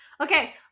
Okay